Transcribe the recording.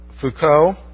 Foucault